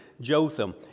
Jotham